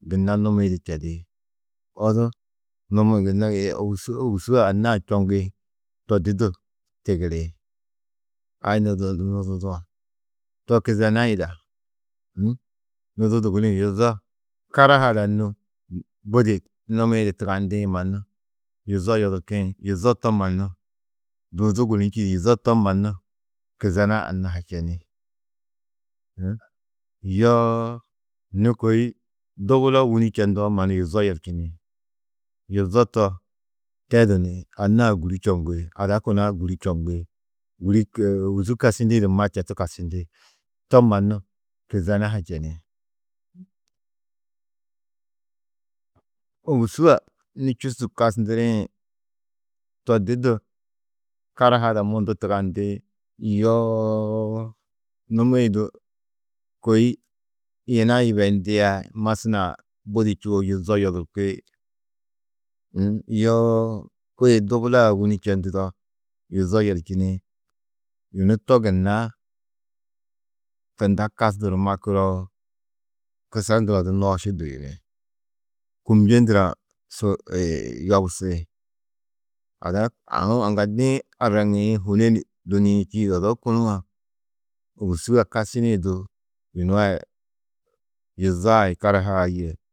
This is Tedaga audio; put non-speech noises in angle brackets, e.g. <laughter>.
Gunna numi-ĩ du tedi. Odu numi-ĩ gunna <hesitation> ôwusu ôwusu anna-ã čoŋgĩ to di du tigiri. Ai nuduu nuduudu-ã, to kizena yida <hesitation> nuduudu gudi yuzo, karaha ada nû budi numi-ĩ du tugandĩ mannu yuzo yodurkĩ, yuzo to mannu duudu gunú čîidi, yuzo to mannu kizena anna-ã ha čeni. <hesitation> yoo nû kôi dubulo wûni čendoo mannu yuzo yerčini. Yuzo to tedu ni anna-ã gûri čoŋgi ada kuna-ã gûri čoŋgi. Gûri <hesitation> ôwusu kasčindĩ du ma četu kasčindi. To mannu kizena ha čeni. Ôwusu a nû čûsu kasndirĩ to di du karahaa ada mundu tugandi, yoo numi-ĩ du kôi yina yibeyindiã masnaa budi čûo yuzo yodurki, <hesitation> yoo kôi dubulaa wûni čendudo yuzo yerčini yunu to gunna tunda kasnduru makuroo, kusar ndurã du nooši duyuni, kûmnje ndurã su <hesitation> yobusi. Ada aũ aŋgaldi-ĩ arraŋiĩ hûne ni duniĩ, čîidi odu kunu-ã ôwusu a kasčinĩ du yunu a yuzo ai karahaa yê.